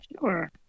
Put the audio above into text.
Sure